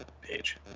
page